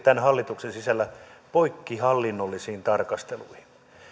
tämän hallituksen sisällä poikkihallinnollisiin tarkasteluihin